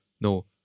No